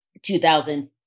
2000